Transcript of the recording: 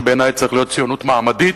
שבעיני צריך להיות ציונות מעמדית,